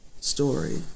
story